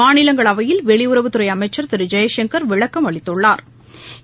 மாநிலங்களவையில் வெளியுறவு அமைச்சள் திரு ஜெய்சங்கள் விளக்கம் அளித்துள்ளாா்